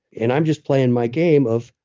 and i'm just playing my game of,